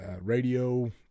Radio